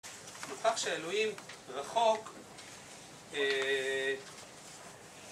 כך שאלוהים רחוק...